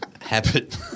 habit